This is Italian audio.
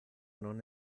non